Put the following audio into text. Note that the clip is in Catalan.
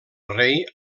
rei